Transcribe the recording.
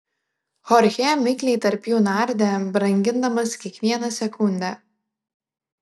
chorchė mikliai tarp jų nardė brangindamas kiekvieną sekundę